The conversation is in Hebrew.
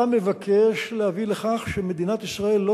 אתה מבקש להביא לכך שמדינת ישראל לא